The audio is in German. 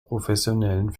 professionellen